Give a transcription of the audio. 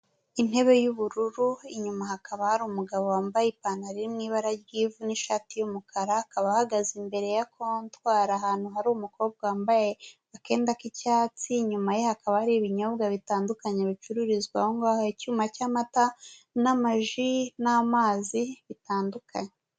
Intebe y'ubururu inyuma hakaba hari umugabo wambaye ipantaro iri mu ibara ry'ivu n'ishati y'umukara akaba ahagaze imbere ya kontwari ahantu hari umukobwa wambaye akenda k'icyatsi inyuma ye hakaba hari ibinyobwa bitandukanye bicururizwa ahongaho icyuma cyamata n'amaji n'amazi bitandukanye.